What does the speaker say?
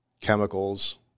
chemicals